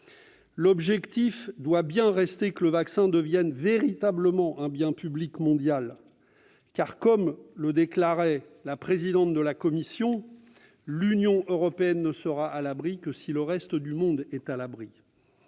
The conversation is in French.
L'objectif doit bien rester que le vaccin devienne véritablement un bien public mondial. Comme le déclarait la présidente de la Commission, en effet, « l'Union européenne ne sera à l'abri que si le reste du monde est à l'abri